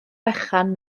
fechan